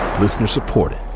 Listener-supported